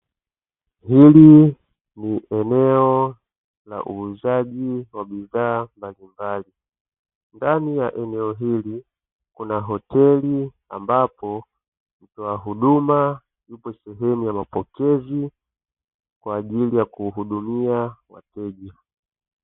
Hili ni eneo la uuzaji wa bidhaa mbalimbali , ndani ya eneo hili kuna hoteli ambapo mtoa huduma yupo sehemu ya mapokezi kwa ajili ya kuhudumia wateja.